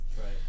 Right